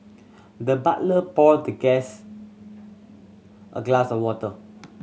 the butler poured the guest a glass of water